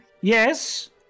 Yes